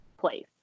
place